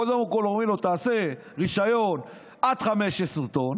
קודם כול, אומרים לו: תעשה רישיון עד 15 טון,